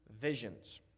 Visions